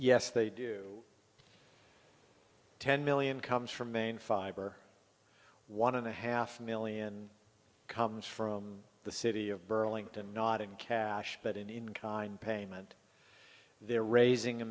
yes they do ten million comes from maine fiber one of the half million comes from the city of burlington not in cash but in kind payment they're raising a